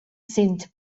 sind